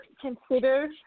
Consider